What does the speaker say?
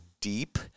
deep